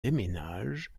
déménage